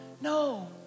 No